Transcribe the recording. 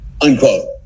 unquote